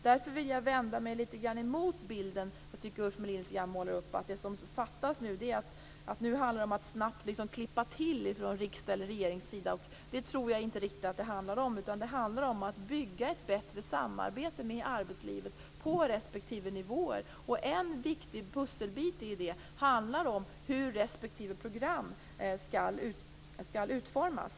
Därför vill jag vända mig mot den bild jag tycker att Ulf Melin målar upp, nämligen att det nu handlar om att snabbt klippa till från riksdagens och regerings sida. Det tror jag inte. Det handlar i stället om att bygga upp ett bättre samarbete med arbetslivet på respektive nivåer. En viktig pusselbit i det handlar om hur respektive program skall utformas.